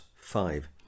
five